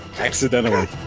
Accidentally